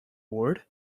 bored